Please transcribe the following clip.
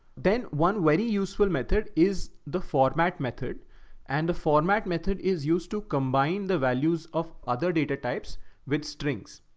then one very useful method is the format method and the format method is used to combine the values of other data types with strings.